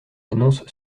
annonce